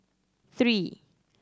three